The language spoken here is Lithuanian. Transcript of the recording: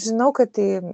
žinau kad tai